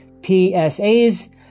PSAs